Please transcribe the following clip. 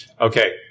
Okay